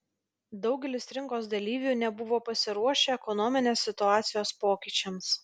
daugelis rinkos dalyvių nebuvo pasiruošę ekonominės situacijos pokyčiams